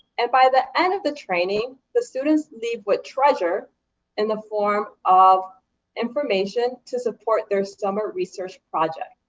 and by the end of the training, the students leave with treasure in the form of information to support their summer research project.